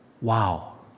wow